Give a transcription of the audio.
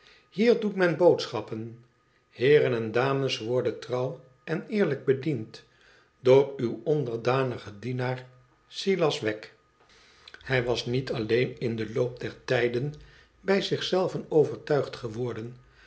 hier doet men bood schappen hesren en dames worden trouw n eerlek bediend door uw onderdanige dienaar silas wsgg hij was niet alleen in den loop der tijden bij zich zelven overtuigd geworden